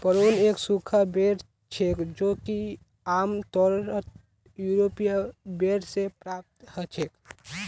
prune एक सूखा बेर छेक जो कि आमतौरत यूरोपीय बेर से प्राप्त हछेक